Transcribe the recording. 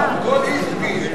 כל אי-זוגי.